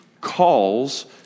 calls